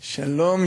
חברים,